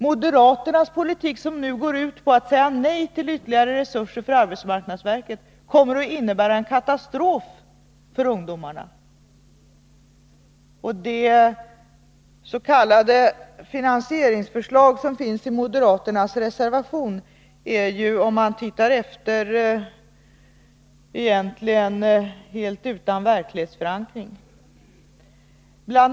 Moderaternas politik, som nu går ut på att säga nej till ytterligare resurser för arbetsmarknadsverket, kommer att innebära en katastrof för ungdomarna. Det s.k. finansieringsförslag som finns i moderaternas reservation är ju, om man tittar efter, egentligen helt utan verklighetsförankring. Bl.